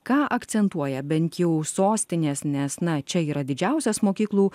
ką akcentuoja bent jau sostinės nes na čia yra didžiausias mokyklų